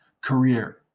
career